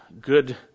good